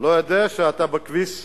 לא יודע שאתה בכביש אדום?